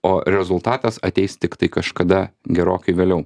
o rezultatas ateis tiktai kažkada gerokai vėliau